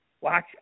Watch